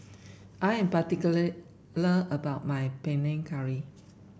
I am particular about my Panang Curry